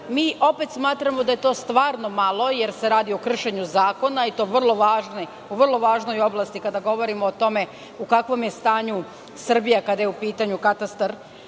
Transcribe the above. mi opet smatramo da je to stvarno malo, jer se radi o kršenju zakona i to u vrlo važnoj oblasti, kada govorimo o tome u kakvom je stanju Srbija kada je u pitanju katastar.